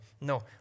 No